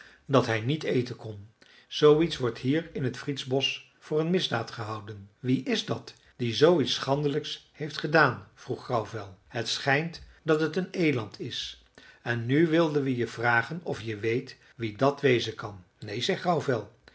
dat hij niet eten kon zooiets wordt hier in t friedsbosch voor een misdaad gehouden wie is dat die zooiets schandelijks heeft gedaan vroeg grauwvel het schijnt dat het een eland is en nu wilden we je vragen of je weet wie dat wezen kan neen